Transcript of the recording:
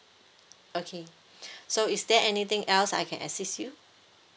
okay so is there anything else I can assist you